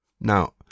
Now